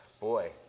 boy